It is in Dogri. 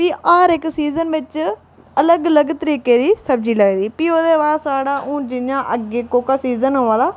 भी हर इक सीज़न बिच अलग अलग तरीके दी सब्जी लगदी ते भी ओह्दे बाद साढ़ा हून जि'यां अग्गें कोह्का सीज़न आवै दा